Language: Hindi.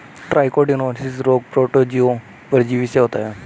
ट्राइकोडिनोसिस रोग प्रोटोजोआ परजीवी से होता है